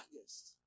August